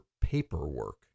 paperwork